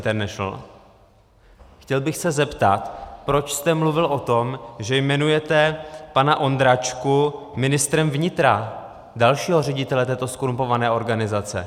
Chtěl bych se zeptat, proč jste mluvil o tom, že jmenujete pana Ondračku ministrem vnitra, dalšího ředitele této zkorumpované organizace.